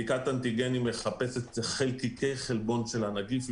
בדיקת אנטיגנים מחפשת חלקיקי חלבון של הנגיף.